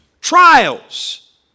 trials